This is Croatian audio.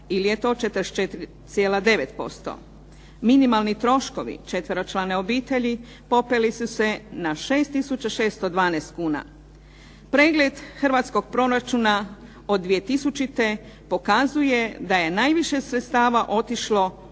ili je to 44,9%. Minimalni troškovi četveročlane obitelji popeli su se na 6612 kuna. Pregled hrvatskog proračuna od 2000. pokazuje da je najviše sredstava otišlo